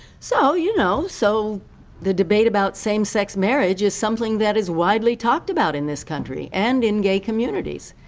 so, you know, so the debate about same-sex marriage is something that is widely talked about in this country and in gay communities.